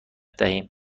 بدهیم